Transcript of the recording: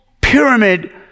pyramid